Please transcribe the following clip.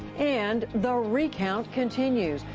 and the recount continues.